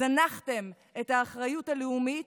זנחתם את האחריות הלאומית,